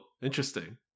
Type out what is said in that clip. interesting